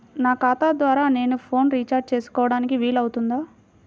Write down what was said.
నా ఖాతా ద్వారా నేను ఫోన్ రీఛార్జ్ చేసుకోవడానికి వీలు అవుతుందా?